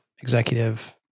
executive